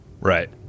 Right